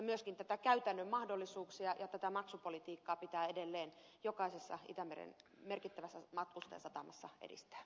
myöskin näitä käytännön mahdollisuuksia ja maksupolitiikkaa pitää edelleen jokaisessa itämeren merkittävässä matkustajasatamassa edistää